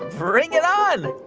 bring it on